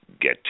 get